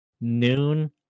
noon